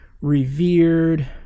revered